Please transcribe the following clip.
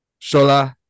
Shola